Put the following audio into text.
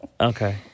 okay